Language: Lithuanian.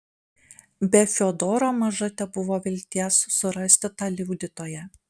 be fiodoro maža tebuvo vilties surasti tą liudytoją